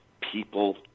people